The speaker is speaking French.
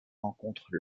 rencontrent